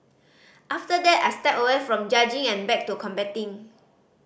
after that I stepped away from judging and back to competing